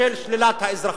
של שלילת האזרחות.